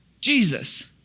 Jesus